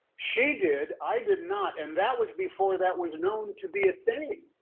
she did. i did not. and that was before that was known to be a thing.